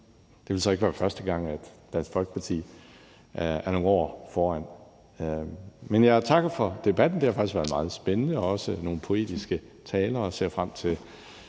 Det vil så ikke være første gang, Dansk Folkeparti er nogle år foran. Men jeg takker for debatten. Det har faktisk været meget spændende, der har også været nogle poetiske taler, og jeg ser frem til